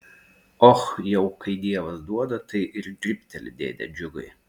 och jau kai dievas duoda tai ir dribteli dėde džiugai